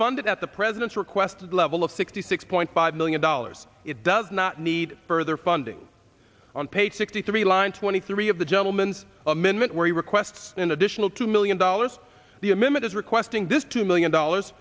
funded at the president's request level of sixty six point five million dollars it does not need further funding on page sixty three line twenty three of the gentleman amendment where he requests an additional two million dollars the images requesting this two million dollars